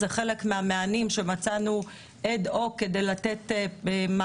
זה חלק מהמענים שמצאנו אד הוק כדי לתת מענה